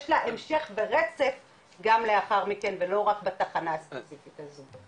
יש לה המשך ברצף גם לאחר מכן ולא בתחנה הספציפית הזו.